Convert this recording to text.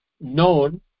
known